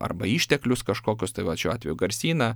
arba išteklius kažkokius tai vat šiuo atveju garsyną